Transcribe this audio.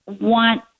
want